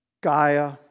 Gaia